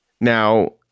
Now